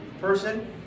person